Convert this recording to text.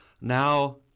Now